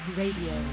radio